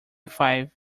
five